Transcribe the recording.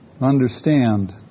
Understand